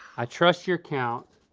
i trust your count.